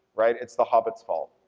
right. it's the hobbit's fault.